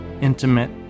intimate